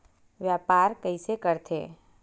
व्यापार कइसे करथे?